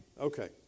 Okay